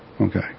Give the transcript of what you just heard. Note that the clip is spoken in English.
Okay